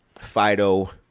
Fido